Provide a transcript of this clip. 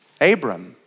Abram